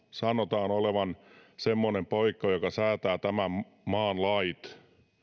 sanotaan olevan semmoinen paikka joka säätää tämän maan lait